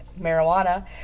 marijuana